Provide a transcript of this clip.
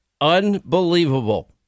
Unbelievable